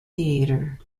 theatre